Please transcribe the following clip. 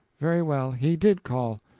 very well, he did call.